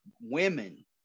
women